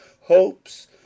hopes